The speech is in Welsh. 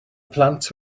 plant